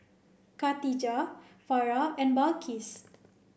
Katijah Farah and Balqis